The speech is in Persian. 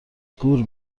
گور